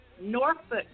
Norfolk